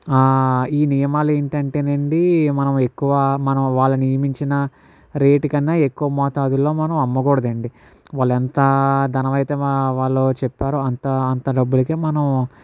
ఈ నియమాలు ఏంటంటే నండి మనం ఎక్కువ మనం వాళ్ళని నియమించిన రేటు కన్నా ఎక్కువ మోతాదుల్లో మనం అమ్మకూడదండి వాళ్ళు ఎంత ధనమైతే వాళ్ళు చెప్పారో అంత అంత డబ్బులకి మనం